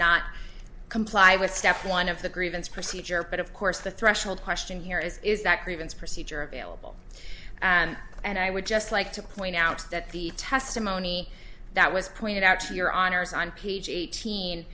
not comply with step one of the grievance procedure but of course the threshold question here is is that grievance procedure available and and i would just like to point out that the testimony that was pointed out to your honor's on page eighteen